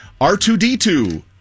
R2D2